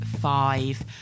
five